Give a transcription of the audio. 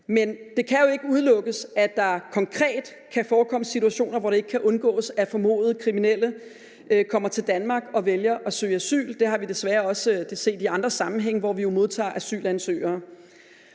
Men det kan jo ikke udelukkes, at der konkret kan forekomme situationer, hvor det ikke kan undgås, at formodede kriminelle kommer til Danmark og vælger at søge asyl. Det har vi desværre også set i andre sammenhænge, hvor vi jo modtager asylansøgere.